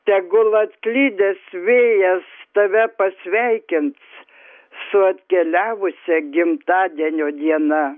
tegul atklydęs vėjas tave pasveikins su atkeliavusia gimtadienio diena